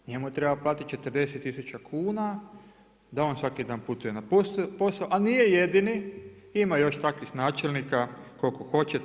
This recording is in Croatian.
Njemu treba platiti 40 tisuća kuna da on svaki dan putuje na posao ali nije jedini, ima još takvih načelnika koliko hoćete.